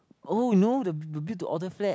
oh you know the built to order flat